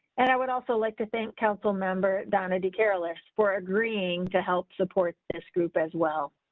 and i would also like to think council member donna do careless for agreeing to help support this group as well.